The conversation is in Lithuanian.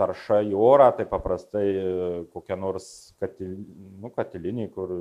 tarša į orą taip paprastai kokia nors kat nu katilinėj kur